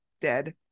dead